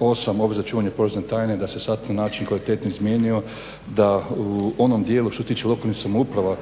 8. obveza čuvanja porezne tajne da se …/Govornik se ne razumije./… na način kvalitetno izmijenio. Da u onom dijelu što se tiče lokalnih samouprava